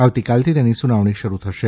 આવતીકાલથી તેની સુનાવણી શરૂ થશે